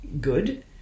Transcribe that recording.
good